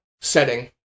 setting